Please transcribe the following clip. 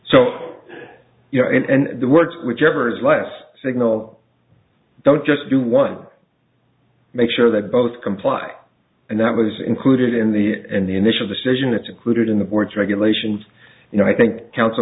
so you know and the words whichever is less signal don't just do one make sure that both comply and that was included in the in the initial decision that included in the words regulations you know i think the council